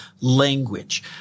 language